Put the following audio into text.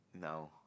No